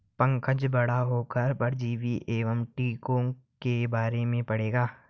पंकज बड़ा होकर परजीवी एवं टीकों के बारे में पढ़ेगा